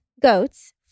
goats